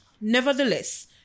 Nevertheless